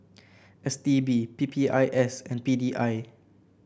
S T B P P I S and P D I